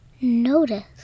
Notice